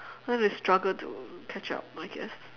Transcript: then they struggle to catch up I guess